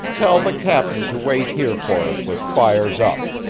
tell the captain to wait here for us with fires up,